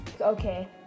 Okay